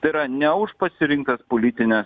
tai yra ne už pasirinktas politines